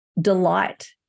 delight